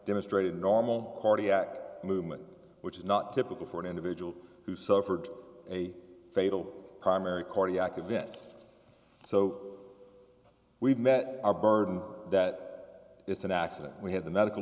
demonstrated a normal cardiac movement which is not typical for an individual who suffered a fatal primary cardiac event so we've met our burden that it's an accident we have the medical